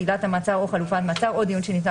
עילת המעצר או חלופת מעצר או דיון שניתנה